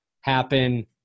happen